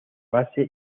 base